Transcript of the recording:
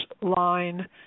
line